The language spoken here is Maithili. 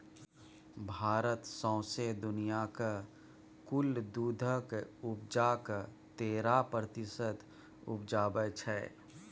भारत सौंसे दुनियाँक कुल दुधक उपजाक तेइस प्रतिशत उपजाबै छै